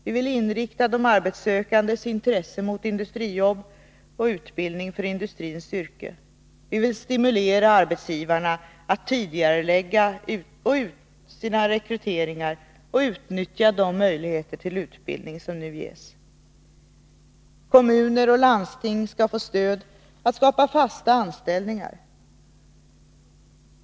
Vi vill inrikta de arbetssökandes intressen mot industrijobb och för utbildning för industriyrken. Vi vill stimulera arbetsgivarna att tidigarelägga sina rekryteringar och utnyttja de möjligheter till utbildning som nu ges. Kommuner och landsting skall få stöd att skapa fasta anställningar.